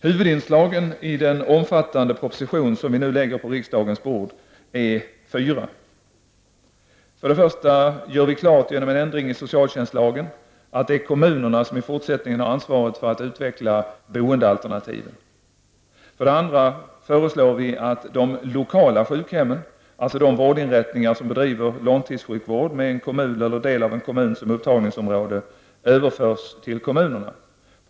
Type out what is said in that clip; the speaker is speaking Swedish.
Huvudinslagen i den omfattande proposition som vi nu lägger på riksdagens bord är fyra. 1. Vi gör klart, genom en ändring i socialtjänstlagen, att det är kommunerna som i fortsättningen har ansvaret för att utveckla boendealternativen. 2. Vi föreslår att de lokala sjukhemmen, alltså de vårdinrättningar som bedriver långtidssjukvård med en kommun eller en del av en kommun som upptagningsområde, överförs till kommunerna.